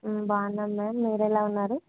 బాగున్నాను మ్యామ్ మీరు ఎలా ఉన్నారు